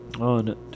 on